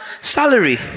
Salary